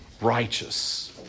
righteous